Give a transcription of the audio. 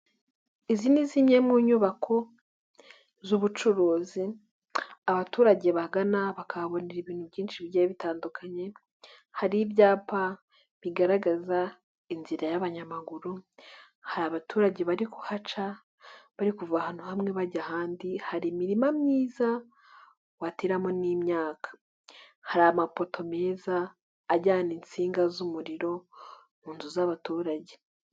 Izi ni zimwe mu nyubako z'ubucuruzi, abaturage bagana bakahabonera ibintu byinshi bigiye bitandukanye, hari ibyapa bigaragaza inzira y'abanyamaguru, hari abaturage bari kuhaca bari kuva ahantu hamwe bajya ahandi, hari imirima myiza wateramo n'imyaka. Hari amapoto meza ajyana insinga z'umuriro mu nzu z'abaturage.